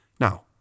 Now